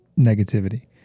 negativity